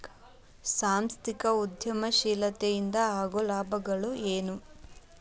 ಸಾಂಸ್ಥಿಕ ಉದ್ಯಮಶೇಲತೆ ಇಂದ ಆಗೋ ಲಾಭಗಳ ಏನು